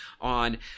on